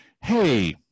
hey